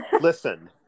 listen